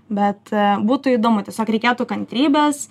bet būtų įdomu tiesiog reikėtų kantrybės